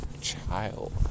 child